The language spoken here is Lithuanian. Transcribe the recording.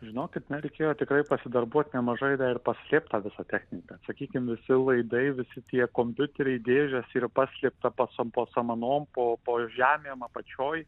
žinokit reikėjo tikrai pasidarbuoti nemažai dar paslėpt tą visą techniką sakykim visi laidai visi tie kompiuteriai dėžės yra paslėpta po samanom po po žemėm apačioj